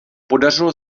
podařilo